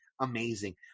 amazing